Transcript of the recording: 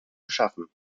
beschaffen